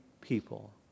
people